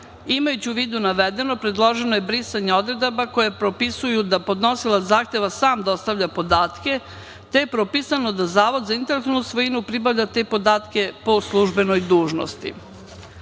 Imajući u vidu navedeno, predloženo je brisanje odredaba koje propisuju da podnosilac zahteva sam dostavlja podatke, te je propisano da Zavod za intelektualnu svojinu pribavlja te podatke po službenoj dužnosti. Hvala.